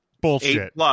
bullshit